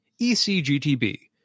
ecgtb